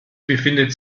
befindet